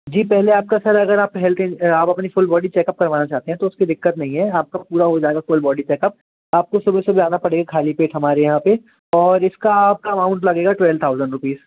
जी पहले आपका सर अगर आप हेल्थ इन आप अपना फुल बॉडी चेकअप करवाना चाहते हैं तो उसमें दिक्कत नहीं है आपका पूरा हो जाएगा फुल बॉडी चेकअप आपको सुबह सुबह आना पड़ेगा ख़ाली पेट हमारे यहाँ पर और इसका आपका अमाउन्ट लगेगा ट्वेल्व थाउज़ेंड रुपीज़